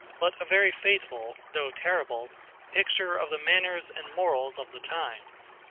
but a very faithful though terrible picture of the manners and morals of the times.